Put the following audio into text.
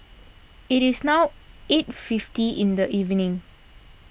it is now eight fifty in the evening